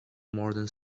modern